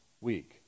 week